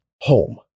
home